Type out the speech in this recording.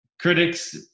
Critics